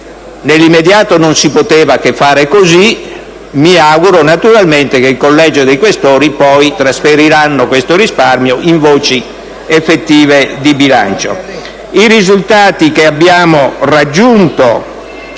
Nell'immediato non si poteva che fare così, ma mi auguro che il Collegio dei senatori Questori trasferirà questo risparmio in voci effettive di bilancio.